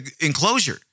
enclosure